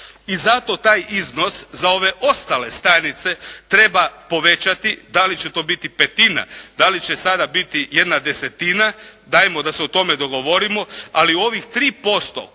I zato taj iznos za ove ostale stanice treba povećati, da li će to biti petina, da li će sada biti jedna desetina, dajmo da se o tome dogovorimo, ali ovih 3% koji